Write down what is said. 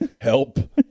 help